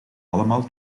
allemaal